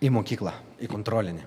į mokyklą į kontrolinį